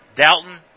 Dalton